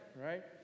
right